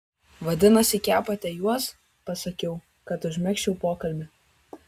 vadinasi kepate juos pasakiau kad užmegzčiau pokalbį